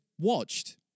watched